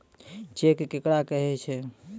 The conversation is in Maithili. चेक केकरा कहै छै?